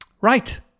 Right